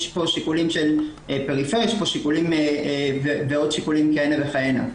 יש פה שיקולים של פריפריה ועוד שיקולים כהנה וכהנה.